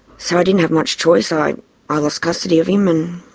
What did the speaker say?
so i didn't have much choice. i i lost custody of him, and,